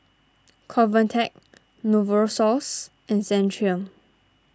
Convatec Novosource and Centrum